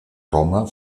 roma